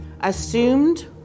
assumed